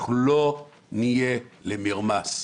אנחנו לא נהיה למרמס.